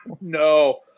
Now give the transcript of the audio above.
No